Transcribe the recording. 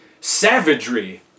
savagery